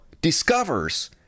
discovers